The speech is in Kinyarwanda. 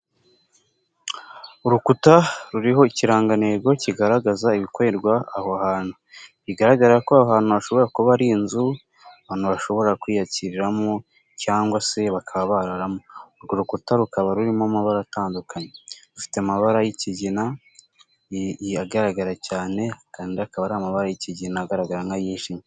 Urukuta ruriho ikirangantego kigaragaza ibikorerwa aho hantu. Bigaragara ko aho hantu hashobora kuba ari inzu, abantu bashobora kwiyakiriramo cyangwa se bakaba bararamo. Urwo rukuta rukaba rurimo amabara atandukanye. Rufite amabara y'ikigina, agaragara cyane kandi akaba ari amabara y'ikigina agaragara nk'ayijimye.